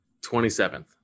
27th